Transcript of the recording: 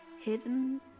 hidden